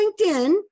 LinkedIn